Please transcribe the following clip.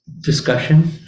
discussion